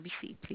Please